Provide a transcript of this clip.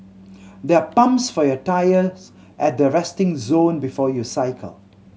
there are pumps for your tyres at the resting zone before you cycle